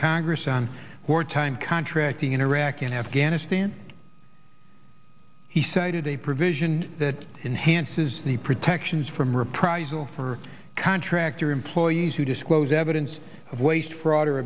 congress on wartime contracting in iraq and afghanistan he cited a provision that enhances the protections from reprisal for contractor employees who disclose evidence of waste fraud or